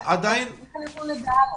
איך נדע עליהן?